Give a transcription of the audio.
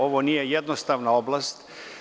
Ovo nije jednostavna oblast.